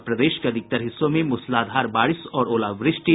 और प्रदेश के अधिकतर हिस्सों में मूसलाधार बारिश और ओलावृष्टि